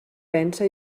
pensa